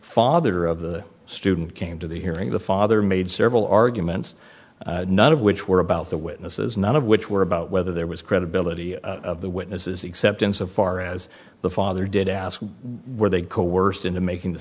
father of the student came to the hearing the father made several arguments none of which were about the witnesses none of which were about whether there was credibility of the witnesses except insofar as the father did ask where they coerced into making the